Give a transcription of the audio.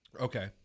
Okay